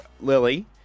Lily